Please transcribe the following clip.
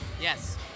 Yes